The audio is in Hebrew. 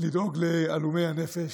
לדאוג להלומי הנפש,